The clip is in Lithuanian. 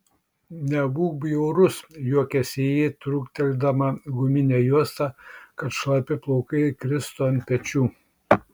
nebūk bjaurus juokiasi ji trūkteldama guminę juostą kad šlapi plaukai kristų ant pečių